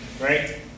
Right